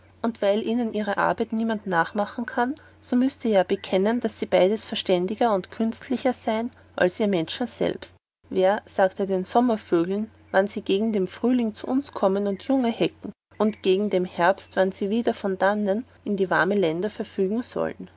und weil ihnen ihre arbeit niemand nachmachen kann so müßt ihr ja bekennen daß sie beides verständiger und künstlicher sein als ihr menschen selbst wer sagt den sommervögeln wann sie gegen dem frühling zu uns kommen und junge hecken und gegen dem herbst wann sie sich wieder von dannen in die warme länder verfügen sollen